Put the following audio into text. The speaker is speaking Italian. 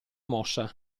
mossa